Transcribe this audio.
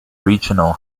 regional